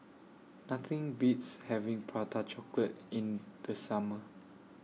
Nothing Beats having Prata Chocolate in The Summer